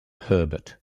herbert